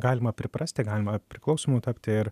galima priprasti galima priklausomu tapti ir